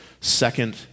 Second